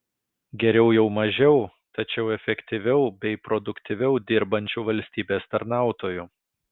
geriau jau mažiau tačiau efektyviau bei produktyviau dirbančių valstybės tarnautojų